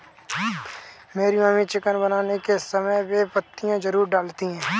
मेरी mummy chicken बनाने के समय बे पत्तियां जरूर डालती हैं